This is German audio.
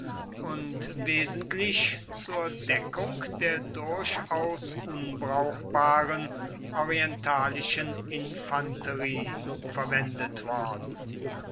und wesentlich zur deckung der durchaus unbrauchbaren orientalischen infanterie verwendet worden